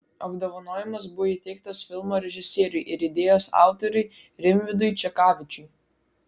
apdovanojimas buvo įteiktas filmo režisieriui ir idėjos autoriui rimvydui čekavičiui